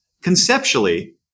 conceptually